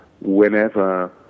whenever